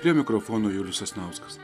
prie mikrofono julius sasnauskas